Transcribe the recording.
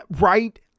Right